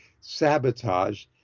sabotage